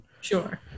Sure